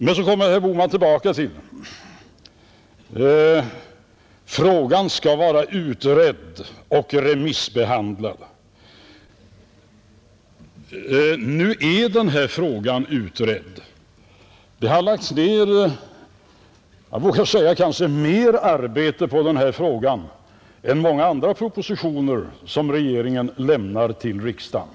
Men så kommer herr Bohman tillbaka och säger: Frågan skall vara utredd och remissbehandlad. Nu är den här frågan utredd. Jag vågar säga, att det lagts ned mera arbete på denna än många andra propositioner som regeringen lämnar till riksdagen.